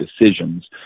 decisions